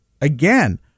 again